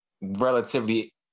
relatively